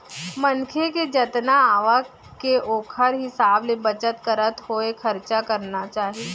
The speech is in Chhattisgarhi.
मनखे के जतना आवक के ओखर हिसाब ले बचत करत होय खरचा करना चाही